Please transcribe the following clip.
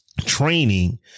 training